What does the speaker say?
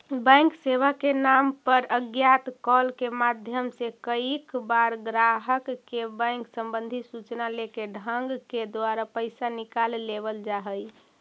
bank सेवा के नाम पर अज्ञात कॉल के माध्यम से कईक बार ग्राहक के बैंक संबंधी सूचना लेके ठग के द्वारा पैसा निकाल लेवल जा हइ